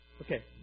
Okay